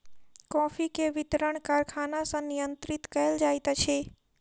coffee के वितरण कारखाना सॅ नियंत्रित कयल जाइत अछि